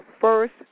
first